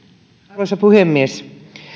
arvoisa puhemies